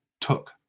Took